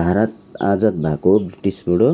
भारत आजाद भएको ब्रिटिसबाट